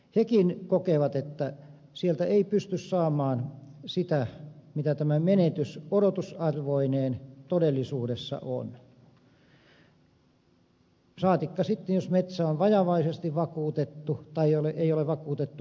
hekin kokevat että sieltä ei pysty saamaan sitä mitä tämä menetys odotusarvoineen todellisuudessa on saatikka sitten jos metsä on vajavaisesti vakuutettu tai ei ole vakuutettu ollenkaan